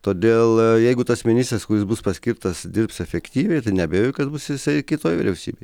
todėl jeigu tas ministras kuris bus paskirtas dirbs efektyviai tai neabejoju kad bus jisai kitoj vyriausybėj